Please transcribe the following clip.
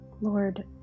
Lord